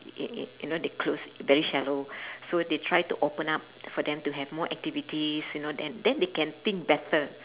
y~ y~ you know they close very shallow so they try to open up for them to have more activities you know then then they can think better